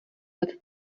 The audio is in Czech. let